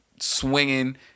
swinging